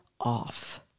off